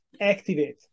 activate